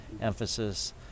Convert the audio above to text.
emphasis